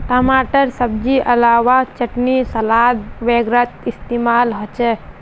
टमाटर सब्जिर अलावा चटनी सलाद वगैरहत इस्तेमाल होचे